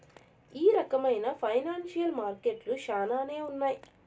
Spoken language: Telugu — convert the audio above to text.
ఈ రకమైన ఫైనాన్సియల్ మార్కెట్లు శ్యానానే ఉన్నాయి